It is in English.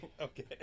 Okay